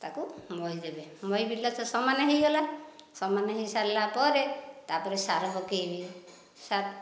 ତାକୁ ମଇ ଦେବେ ମଇ ବିଲ ତ ସମାନ ହୋଇଗଲା ସମାନ ହୋଇ ସାରିଲା ପରେ ତାପରେ ସାର ପକାଇବେ